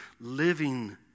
living